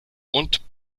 und